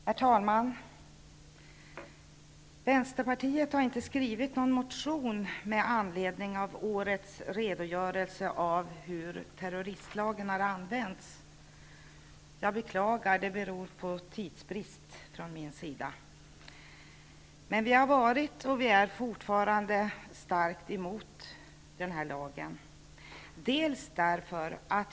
Herr talman! Västerpartiet har inte skrivit någon motion med anledning av årets redogörelse av hur terroristlagen har använts. Jag beklagar. Det beror på tidsbrist från min sida. Vi har varit, och är fortfarande, starkt emot den här lagen.